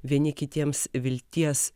vieni kitiems vilties